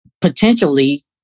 potentially